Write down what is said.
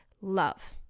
love